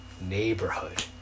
neighborhood